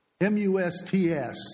M-U-S-T-S